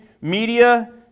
media